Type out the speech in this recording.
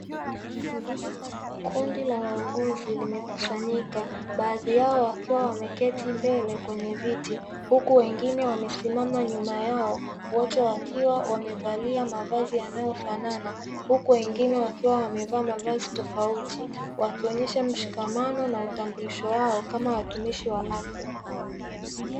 Kundi la wauguzi limekusanyika baadhi yao wakiwa wameketi mbele kwenye viti, huku wengine wamesimama nyuma yao wote wakiwa wamevalia mavazi yanayofanana huku wengine wakiwa wamevaa mavazi tofauti, wakionyesha mshikamano na utambulisho wao kama watumishi wa afya.